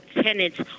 tenants